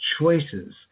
choices